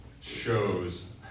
shows